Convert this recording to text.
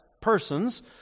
persons